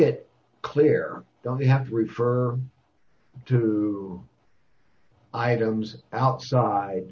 it clear don't have to refer to items outside